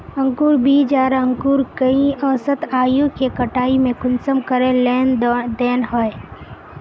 अंकूर बीज आर अंकूर कई औसत आयु के कटाई में कुंसम करे लेन देन होए?